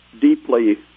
deeply